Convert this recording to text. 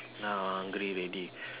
now hungry already